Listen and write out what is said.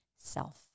Self